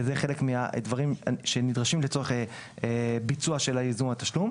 אלה חלק מהדברים שנדרשים לצורך ביצוע ייזום התשלום.